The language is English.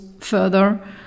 further